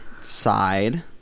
side